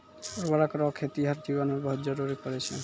उर्वरक रो खेतीहर जीवन मे बहुत जरुरी पड़ै छै